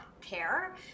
care